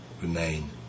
remain